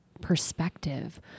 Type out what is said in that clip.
perspective